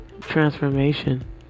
transformation